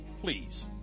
please